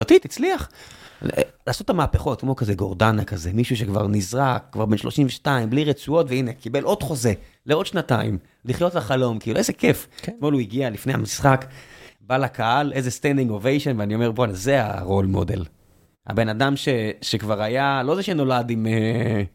אותי תצליח לעשות את המהפכות כמו כזה גורדנה כזה מישהו שכבר נזרק כבר בן 32 בלי רצועות והנה קיבל עוד חוזה לעוד שנתיים לחיות תחלום כאילו איזה כיף. אתמול הוא הגיע לפני המשחק בא לקהל איזה סטנדינג אוביישן ואני אומר בואנה זה הרול מודל הבן אדם שכבר היה לא זה שנולד עם.